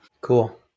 cool